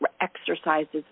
exercises